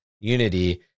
unity